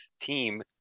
team